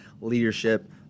leadership